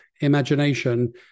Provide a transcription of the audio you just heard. imagination